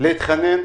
להתחנן?